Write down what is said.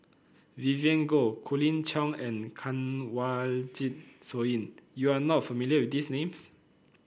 Vivien Goh Colin Cheong and Kanwaljit Soin you are not familiar with these names